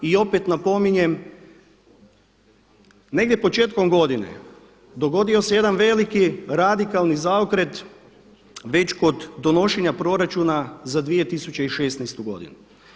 I opet napominjem negdje početkom godine dogodio se jedan veliki radikalni zaokret već kod donošenja proračuna za 2016. godinu.